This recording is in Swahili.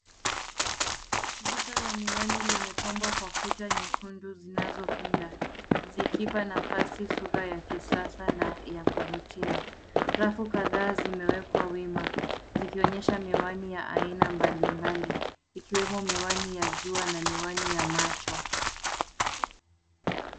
Duka la miwani limepambwa kwa kuta nyekundu zinazopinda zikipa nafasi sura ya kisasa na ya kuvutia. Rafu kadhaa zimewekwa wima zikionyesha miwani ya aina mbalimbali ikiwemo miwani ya juu na miwani ya macho.